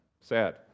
Sad